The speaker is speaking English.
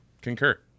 Concur